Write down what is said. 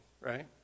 right